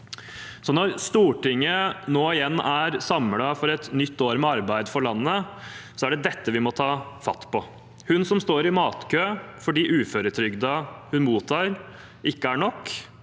Når Stortinget nå igjen er samlet for et nytt år med arbeid for landet, er det dette vi må ta fatt på: Hun som står i matkø fordi uføretrygden hun mottar, ikke er nok,